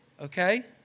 Okay